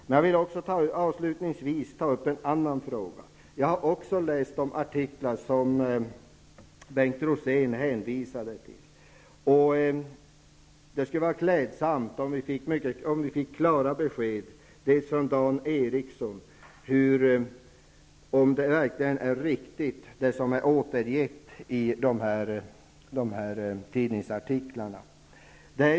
Men jag vill avslutningsvis också ta upp en annan fråga. Även jag har läst de artiklar som Bengt Rosén hänvisade till. Det skulle vara klädsamt om vi fick klara besked från Dan Ericsson om det verkligen är riktigt det som är återgivet i de här tidningsartiklarna.